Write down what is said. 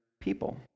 people